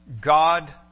God